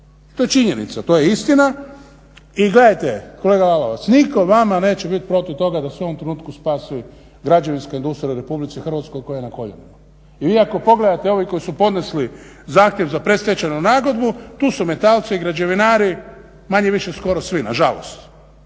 To je činjenica, to je istina. I gledajte kolega Lalovac, nitko vama neće biti protiv toga da se u ovom trenutku spasi građevinska industrija u Republici Hrvatskoj koja je na koljenima. I vi ako pogledate, ovi koji su podnesli zahtjev za predstečajnu nagodbu tu su metalci i građevinari manje-više skoro svi, nažalost.